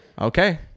okay